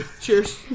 Cheers